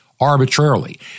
arbitrarily